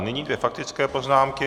Nyní dvě faktické poznámky.